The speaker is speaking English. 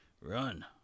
Run